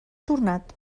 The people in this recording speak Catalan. tornat